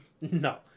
No